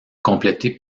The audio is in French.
complétée